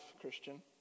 Christian